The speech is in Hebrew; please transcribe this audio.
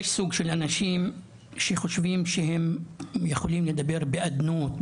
יש סוג של אנשים שחושבים שהם יכולים לדבר בעדנות,